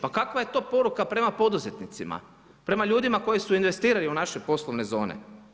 Pa kakva je to poruka prema poduzetnicima, prema ljudima koji su investirali u naše poslovne zone?